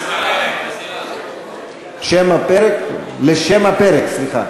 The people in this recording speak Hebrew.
את 22 אני מסירה, ועל 24 אני רוצה להצביע.